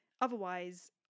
otherwise